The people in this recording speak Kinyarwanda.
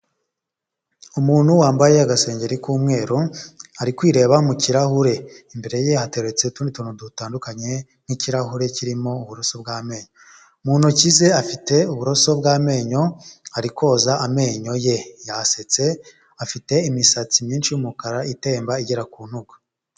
Umuntu wambaye agasengengero k'umweru, ari kwireba mu kirahure, imbere ye hateretse utundi tuntu dutandukanye, nk'ikirahure kirimo uburoso bw'amenyo, mu ntoki ze afite uburoso bw'amenyo ari koza amenyo ye, yasetse afite imisatsi myinshi yumukara itemba igera ku ntugu.